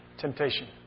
temptation